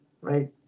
right